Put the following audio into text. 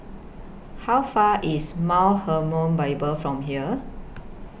How Far away IS Mount Hermon Bible from here